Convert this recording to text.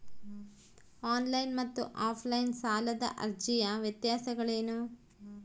On line ಮತ್ತು offline ಸಾಲದ ಅರ್ಜಿಯ ವ್ಯತ್ಯಾಸಗಳೇನು?